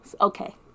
Okay